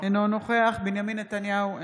אינו נוכח בנימין נתניהו,